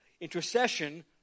Intercession